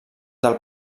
del